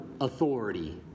authority